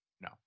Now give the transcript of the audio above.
No